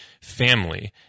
family